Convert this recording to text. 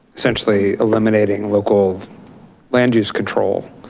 essentially eliminating local land use control.